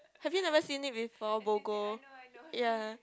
have you never seen it before Bogo ya